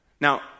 Now